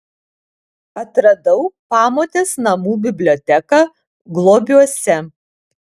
atradau pamotės namų biblioteką globiuose